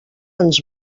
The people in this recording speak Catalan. ens